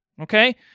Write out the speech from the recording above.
okay